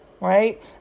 right